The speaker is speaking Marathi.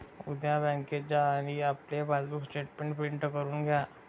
उद्या बँकेत जा आणि आपले पासबुक स्टेटमेंट प्रिंट करून घ्या